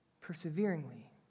perseveringly